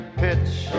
pitch